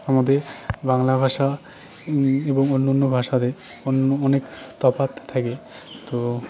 আমাদের বাংলা ভাষা এবং অন্য অন্য ভাষাতে অন্য অনেক তফাৎ থাকে তো